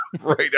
right